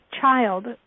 child